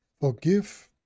forgive